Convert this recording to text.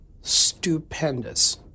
stupendous